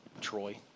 Troy